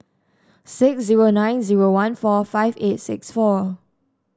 six zero nine zero one four five eight six four